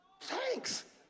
thanks